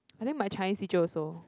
I think my Chinese teacher also